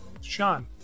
Sean